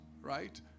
right